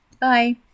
Bye